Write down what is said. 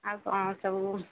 ଆଉ କ'ଣ ସବୁ